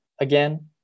again